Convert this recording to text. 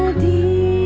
de